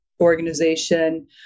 organization